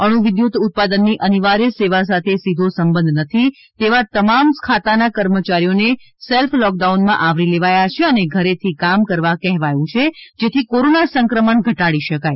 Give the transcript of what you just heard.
અણુવિદ્યુત ઉત્પાદનની અનિવાર્ય સેવા સાથે સીધો સંબંધ નથી તેવા તમામ ખાતાના કર્મચારીને સેલ્ફ લોકડાઉનમાં આવરી લેવાયા છે અને ઘેરથી કામ કરવા કહેવાયું છે જેથી કોરોના સંક્રમણ ઘટાડી શકાય